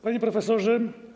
Panie Profesorze!